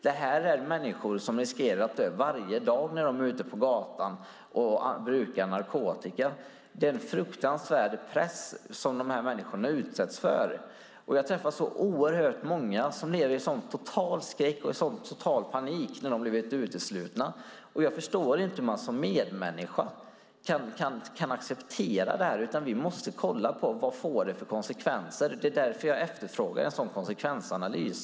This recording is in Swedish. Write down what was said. Det här är människor som riskerar att dö varje dag när de är ute på gatan och brukar narkotika. Det är en fruktansvärd press som de här människorna utsätts för. Jag träffar oerhört många som lever i total skräck och i total panik när de blivit uteslutna. Jag förstår inte hur man som medmänniska kan acceptera det. Vi måste kolla vad det får för konsekvenser. Det är därför jag efterfrågar en konsekvensanalys.